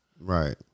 Right